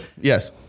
Yes